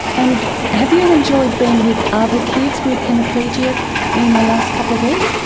and have you enjoyed being with other kids with hemiplegia in the last couple of weeks?